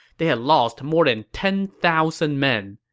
they had lost more than ten thousand men.